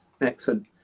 Excellent